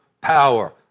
power